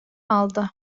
aldı